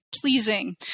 pleasing